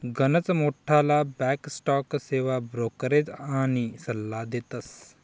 गनच मोठ्ठला back stock सेवा ब्रोकरेज आनी सल्ला देतस